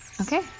Okay